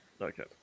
Okay